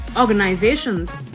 organizations